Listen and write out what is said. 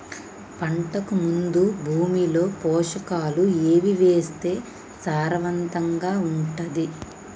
పంటకు ముందు భూమిలో పోషకాలు ఏవి వేస్తే సారవంతంగా ఉంటది?